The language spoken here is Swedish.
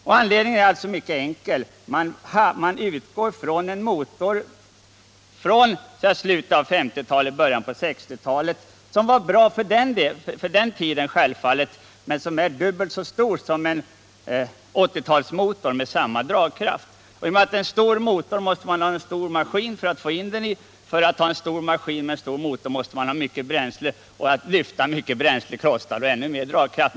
Orsaken till den stora bränsleförbrukningen är enkel. Man utgår från en motor som konstruerades i slutet av 1950-talet och början av 1960-talet. Den var självfallet bra för den tiden men är dubbelt så stor som en 1980-talsmotor med samma dragkraft. I och med att man har en stor motor måste man ha en stor maskin, och för att ha en stor maskin med stor motor måste man ha mycket bränsle, och att lyfta mycket bränsle kostar ännu mer dragkraft.